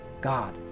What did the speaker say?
God